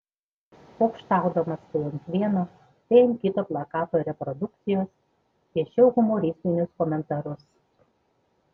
pokštaudamas tai ant vieno tai ant kito plakato reprodukcijos piešiau humoristinius komentarus